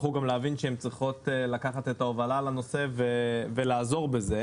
יצטרכו גם להבין שהן צריכות לקחת את ההובלה על הנושא ולעזור בזה.